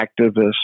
activists